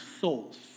souls